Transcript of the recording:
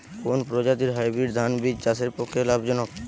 কোন প্রজাতীর হাইব্রিড ধান বীজ চাষের পক্ষে লাভজনক?